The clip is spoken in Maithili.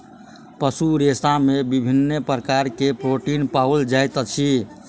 पशु रेशा में विभिन्न प्रकार के प्रोटीन पाओल जाइत अछि